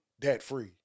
debt-free